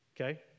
Okay